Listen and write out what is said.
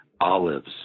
olives